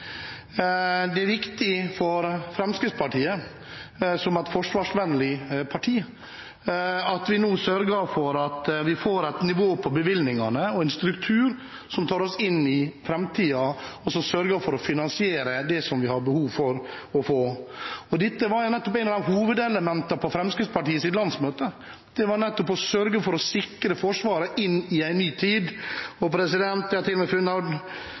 Det er viktig for Fremskrittspartiet som et forsvarsvennlig parti at vi nå sørger for at vi får et nivå på bevilgningene og en struktur som tar oss inn i framtiden, og sørger for å finansiere det som vi har behov for. Dette var et av hovedelementene på Fremskrittspartiets landsmøte: å sørge for å sikre Forsvaret inn i en ny tid. Jeg har til og med funnet anledningen i dag så stor at jeg